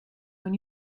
when